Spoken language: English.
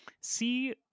see